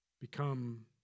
become